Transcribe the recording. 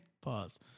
pause